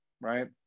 right